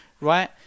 right